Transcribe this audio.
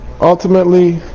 ultimately